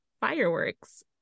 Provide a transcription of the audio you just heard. fireworks